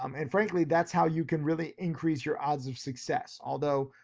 um and frankly, that's how you can really increase your odds of success. although,